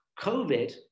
COVID